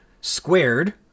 squared